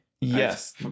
Yes